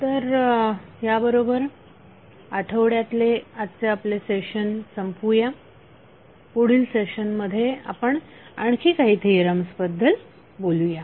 तर ह्या बरोबर आठवड्यातले आजचे आपले सेशन संपवूया पुढील सेशनमध्ये आपण आणखी काही थिअरम्स बद्दल बोलूया